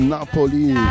Napoli